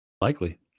likely